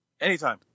Anytime